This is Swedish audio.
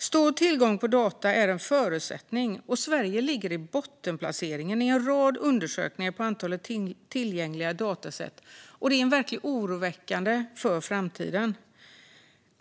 Stor tillgång på data är en förutsättning, och Sverige ligger på en bottenplacering i en rad undersökningar av antalet tillgängliga dataset. Det är verkligen oroväckande inför framtiden.